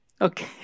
Okay